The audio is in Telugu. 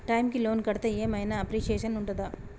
టైమ్ కి లోన్ కడ్తే ఏం ఐనా అప్రిషియేషన్ ఉంటదా?